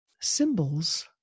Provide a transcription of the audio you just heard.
symbols